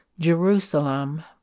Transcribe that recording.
JERUSALEM